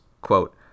quote